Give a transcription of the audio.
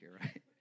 right